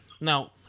Now